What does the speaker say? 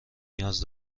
نیاز